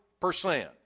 percent